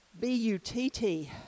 B-U-T-T